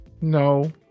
No